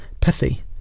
pithy